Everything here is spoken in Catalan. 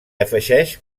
afegeix